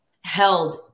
held